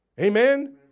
Amen